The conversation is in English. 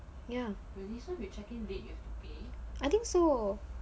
ya I think so